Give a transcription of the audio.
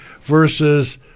versus